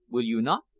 will you not?